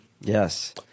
Yes